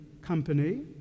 company